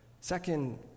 Second